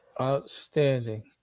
outstanding